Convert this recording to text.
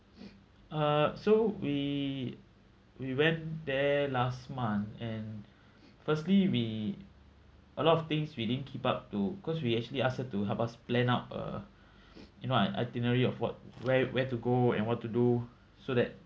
uh so we we went there last month and firstly we a lot of things we didn't keep up to because we actually ask her to help us plan out uh you know an itinerary of what where where to go and what to do so that